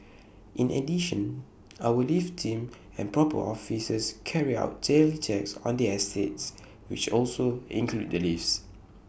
in addition our lift team and proper officers carry out daily checks on the estates which also include the lifts